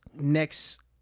next